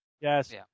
Yes